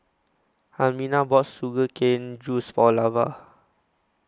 Almina bought Sugar Cane Juice For Lavar